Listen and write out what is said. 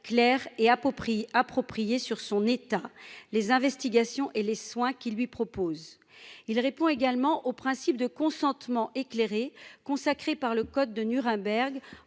approprie appropriée sur son état, les investigations et les soins qui lui propose, il répond également au principe de consentement éclairé consacrés par le code de Nuremberg